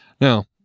Now